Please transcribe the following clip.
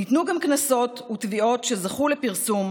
ניתנו גם קנסות ותביעות שזכו לפרסום,